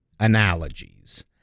analogies